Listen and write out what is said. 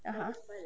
(uh huh)